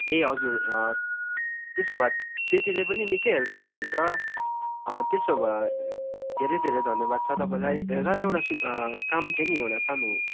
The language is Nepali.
ए हजुर त्यसो भए त्यतिले पनि निकै हेल्प हुँदोरहेछ त्यसो भए धेरै धेरै धन्यवाद छ तपाईँलाई र एउटा सुन काम थियो नि एउटा सानो